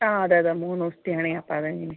ആ അതെ അതെ മൂന്ന് ദിവസത്തെ ആണ് അപ്പം അത് എങ്ങനെയാണ്